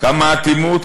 "כמה אטימות,